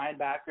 linebacker